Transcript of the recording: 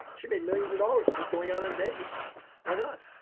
she made millions of dollars just going on and dates. why not?